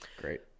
Great